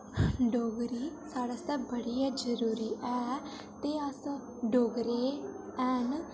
डोगरी साढ़े आस्तै बड़ी गै जरूरी ऐ ते अस डोगरे आं ते